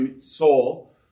Saul